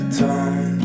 tongue